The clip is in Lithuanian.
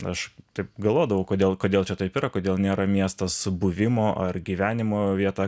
aš taip galvodavau kodėl kodėl čia taip yra kodėl nėra miestas buvimo ar gyvenimo vieta